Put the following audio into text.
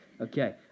Okay